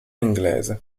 inglese